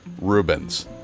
Rubens